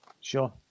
sure